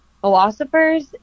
philosophers